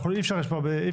אי אפשר לדבר.